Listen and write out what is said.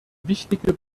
wichtige